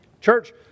Church